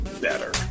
better